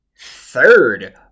third